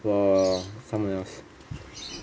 for someone else